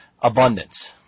Abundance